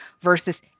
versus